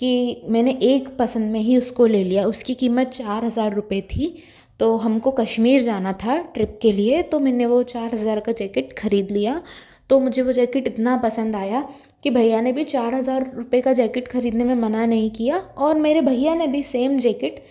की मैंने एक पसंद में ही उसको ले लिया उसकी कीमत चार हज़ार रुपये थी तो हमको कश्मीर जाना था ट्रिप के लिए तो मैंने वह चार हज़ार का जैकेट ख़रीद लिया तो मुझे वह जैकेट इतना पसंद आया कि भैया ने भी चार हज़ार रुपये का जैकेट ख़रीदने में मना नहीं किया और मेरे भैया ने भी सेम जैकेट